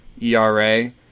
ERA